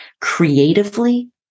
creatively